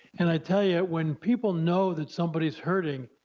and i tell you, when people know that somebody's hurting,